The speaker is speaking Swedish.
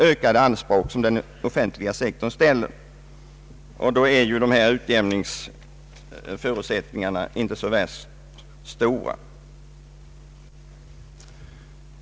Man kan inte påstå att förutsättningarna är särskilt stora.